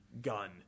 gun